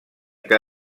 que